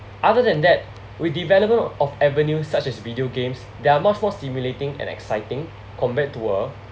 other than that with development of avenues such as video games that are much more simulating and exciting compare to a